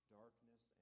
darkness